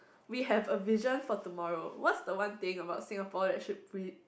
we have a vision for tomorrow what is the one thing about Singapore that should be